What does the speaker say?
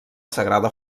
sagrada